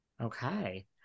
Okay